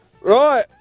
Right